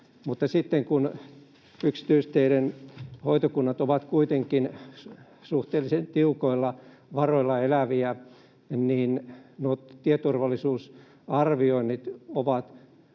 Mutta sitten kun yksityisteiden hoitokunnat ovat kuitenkin suhteellisen tiukoilla varoilla eläviä, niin nuo tieturvallisuusarvioinnit ovat